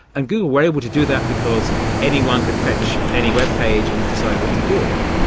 and google were able to do that because anyone could fetch any web page and decide what to do with it.